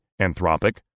Anthropic